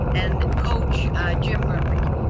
and coach jim murphy.